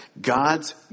God's